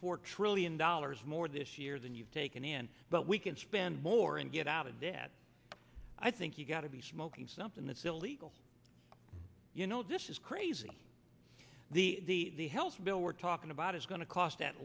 four trillion dollars more this year than you've taken in but we can spend more and get out of that i think you've got to be smoking something that's illegal you know this is crazy the health bill we're talking about is going to cost at